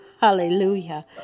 Hallelujah